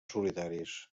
solitaris